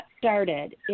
started